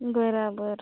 બરાબર